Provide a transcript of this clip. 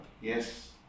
Yes